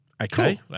Okay